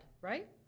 right